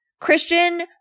Christian